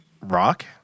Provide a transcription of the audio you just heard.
rock